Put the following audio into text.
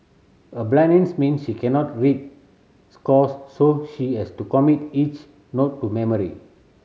her blindness means she cannot read scores so she has to commit each note to memory